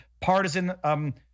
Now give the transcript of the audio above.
partisan